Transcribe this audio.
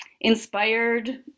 inspired